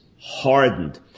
hardened